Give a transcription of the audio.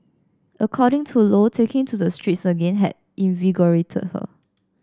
according to Lo taking to the streets again had invigorated her